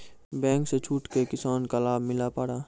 Bank से छूट का किसान का लाभ मिला पर?